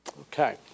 Okay